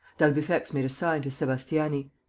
d'albufex made a sign to sebastiani.